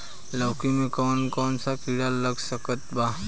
लौकी मे कौन कौन सा कीड़ा लग सकता बा?